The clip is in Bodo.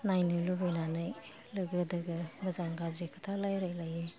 नायनो लुबैनानै लोगो दोगो मोजां गाज्रि खोथा लायरायलायलायो